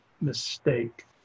mistake